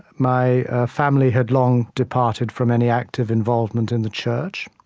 my family had long departed from any active involvement in the church,